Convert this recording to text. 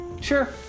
sure